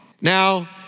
Now